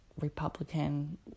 Republican